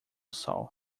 sol